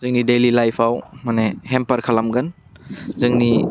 जोंनि दैलि लाइफआव मानि हेमफार खालामगोन जोंनि